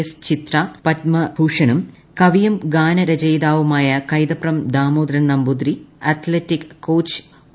S ചിത്രയ്ക്ക് പത്മഭൂഷണും കവിയും ഗാനരചയിതാവുമായ Kaithapram Damodaran Namboothiri athletic coach O